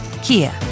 kia